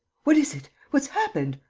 what is it? what's happened?